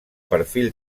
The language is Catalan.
perfil